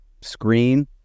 screen